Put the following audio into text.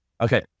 Okay